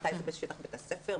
מתי זה בשטח בית הספר,